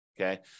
okay